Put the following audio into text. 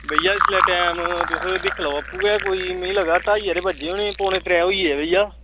भैया टाईम दिक्खी लैओ आपूं गै ढाई हारे बज्जे होने पौने त्रै होई गे भैया